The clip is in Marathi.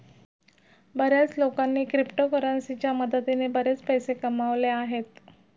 बर्याच लोकांनी क्रिप्टोकरन्सीच्या मदतीने बरेच पैसे कमावले आहेत